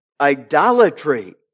idolatry